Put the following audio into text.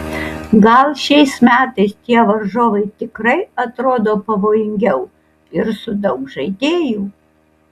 gal šiais metais tie varžovai tikrai atrodo pavojingiau ir su daug žaidėjų